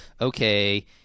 okay—